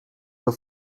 your